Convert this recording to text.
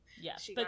Yes